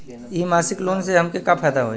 इ मासिक लोन से हमके का फायदा होई?